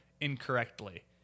incorrectly